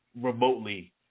remotely